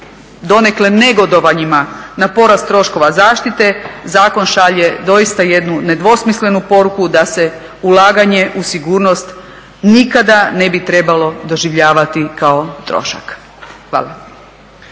donekle negodovanjima na porast troškova zaštite zakon šalje doista jednu nedvosmislenu poruku da se ulaganje u sigurnost nikada ne bi trebalo doživljavati kao trošak. Hvala.